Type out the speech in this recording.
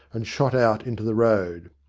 and shot out into the road.